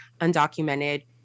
undocumented